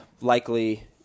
likely